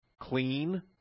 clean